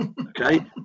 Okay